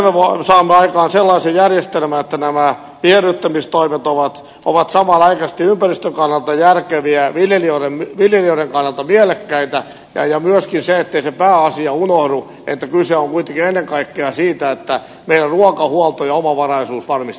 miten me saamme aikaan sellaisen järjestelmän että nämä viherryttämistoimet ovat samanaikaisesti ympäristön kannalta järkeviä viljelijöiden kannalta mielekkäitä ja myöskin ettei se pääasia unohdu että kyse on kuitenkin ennen kaikkea siitä että meidän ruokahuoltomme ja omavaraisuutemme varmistetaan